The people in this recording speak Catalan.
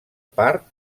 part